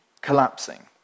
collapsing